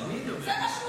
על מי היא מדברת?